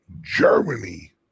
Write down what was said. Germany